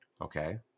Okay